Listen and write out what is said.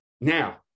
Now